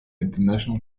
international